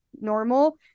normal